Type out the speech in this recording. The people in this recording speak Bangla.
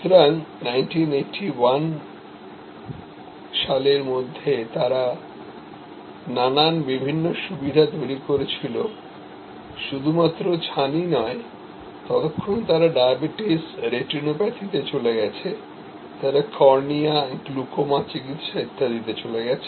সুতরাং 1981 সালের মধ্যে তারানানান বিভিন্ন সুবিধা তৈরি করেছিলশুধুমাত্র ছানি নয় ততক্ষণে তারা ডায়াবেটিস রেটিনোপ্যাথি শুরু করে দিয়েছে তারা কর্নিয়া গ্লুকোমা চিকিত্সা ও শুরু করেছে